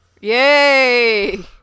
Yay